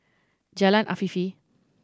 Jalan Afifi